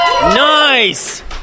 Nice